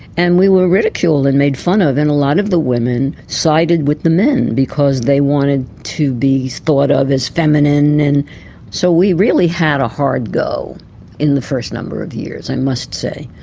and we were ridiculed and made fun of, and a lot of the women sided with the men because they wanted to be thought of as feminine. and so we really had a hard to go in the first number of years, i must say.